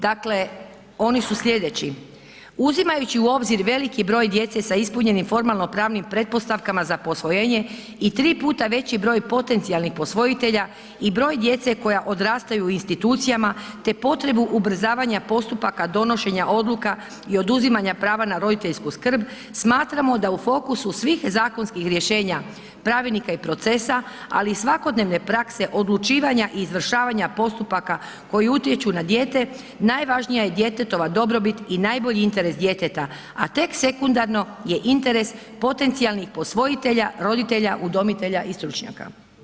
Dakle, oni su sljedeći, uzimajući u obzir veliki broj djece s ispunjenim formalno pravnim pretpostavkama za posvojenje i tri puta veći broj potencijalnih posvojitelje i broj djece koja odrastaju u institucijama te potrebu ubrzavanja postupaka donošenja odluka i oduzimanja prava na roditeljsku skrb, smatramo da u fokusu svih zakonskih rješenja, pravilnika i procesa ali i svakodnevne prakse odlučivanja i izvršavanja postupaka, koji utječu na dijete, najvažnija je djetetova dobrobit i najbolji interes djeteta, a tek sekundarno je interes potencijalnih posvojitelji, roditelja, udomitelja i stručnjaka.